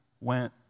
went